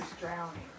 drowning